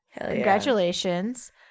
Congratulations